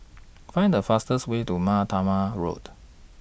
Find The fastest Way to Mar Thoma Road